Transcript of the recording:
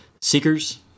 seekers